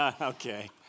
Okay